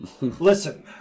listen